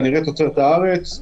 כנראה מתוצרת הארץ,